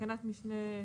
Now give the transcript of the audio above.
בתקנת משנה (ב1),